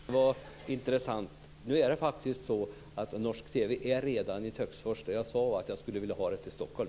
Fru talman! Tack för svaret. Det var intressant. Norsk TV finns redan i Töcksfors. Det som jag sade var att jag skulle vilja ha det till Stockholm.